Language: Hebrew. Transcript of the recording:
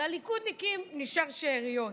לליכודניקים נשארו שאריות,